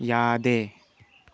ꯌꯥꯗꯦ